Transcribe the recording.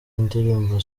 indirimbo